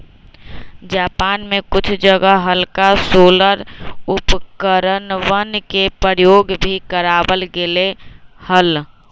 Japan में कुछ जगह हल्का सोलर उपकरणवन के प्रयोग भी करावल गेले हल